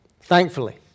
Thankfully